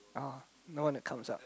oh no one that comes up